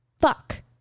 fuck